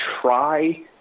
try